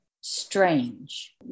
strange